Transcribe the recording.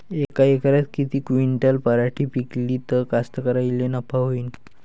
यका एकरात किती क्विंटल पराटी पिकली त कास्तकाराइले नफा होईन?